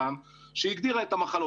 והיא הגדירה את המחלות.